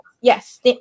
Yes